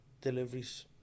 deliveries